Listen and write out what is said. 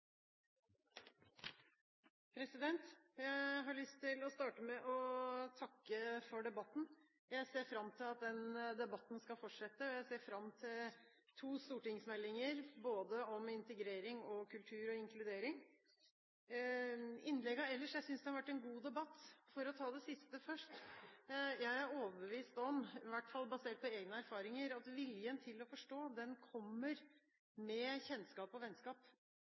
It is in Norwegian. Jeg har lyst til å starte med å takke for debatten. Jeg ser fram til at den debatten skal fortsette. Jeg ser fram til to stortingsmeldinger, både om integrering og om kultur og inkludering. Jeg synes det har vært en god debatt. For å ta det siste først: Jeg er overbevist om – basert på egne erfaringer – at viljen til å forstå kommer med kjennskap og vennskap.